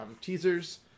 teasers